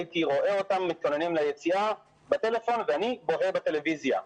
הייתי רואה אותם מתכוננים ליציאה בטלפון ואני בוהה בטלוויזיה.